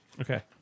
Okay